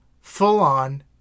full-on